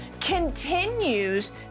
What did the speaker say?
continues